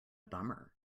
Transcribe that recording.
bummer